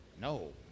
No